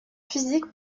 physique